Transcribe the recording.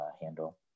handle